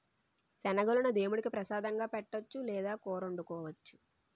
శనగలను దేముడికి ప్రసాదంగా పెట్టొచ్చు లేదా కూరొండుకోవచ్చు